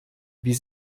wie